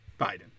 Biden